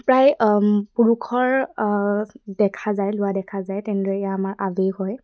প্ৰায় পুৰুষৰ দেখা যায় লোৱা দেখা যায় তেনেদৰে এয়া আমাৰ আৱেগ হয়